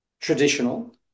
traditional